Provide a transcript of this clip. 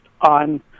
on